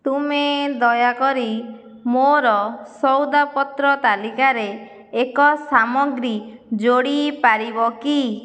ତୁମେ ଦୟାକରି ମୋର ସଉଦାପତ୍ର ତାଲିକାରେ ଏକ ସାମଗ୍ରୀ ଯୋଡ଼ିପାରିବ କି